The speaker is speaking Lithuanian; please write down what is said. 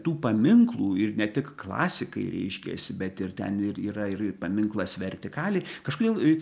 tų paminklų ir ne tik klasikai reiškiasi bet ir ten ir yra ir paminklas vertikaliai kažkodėl